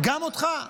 גם אותך.